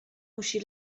musi